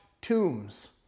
tombs